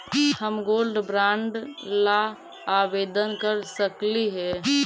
हम gold bond ला आवेदन कर सकली हे?